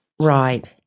Right